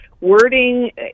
wording